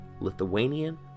Lithuanian